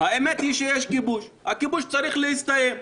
האמת היא שיש כיבוש, הכיבוש צריך להסתיים.